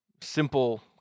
simple